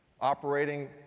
operating